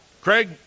Craig